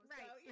Right